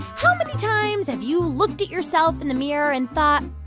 how many times have you looked at yourself in the mirror and thought,